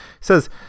says